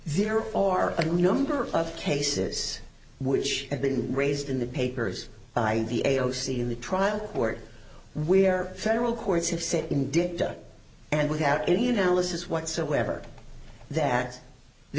there are a number of cases which have been raised in the papers by the a o c in the trial court where federal courts have said in dicta and without any analysis whatsoever that the